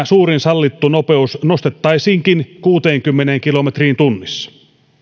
suurin sallittu nopeus nostettaisiinkin kuuteenkymmeneen kilometriin tunnissa